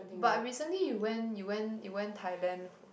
but recently you went you went you went Thailand